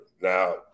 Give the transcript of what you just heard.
Now